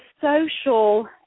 social